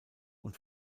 und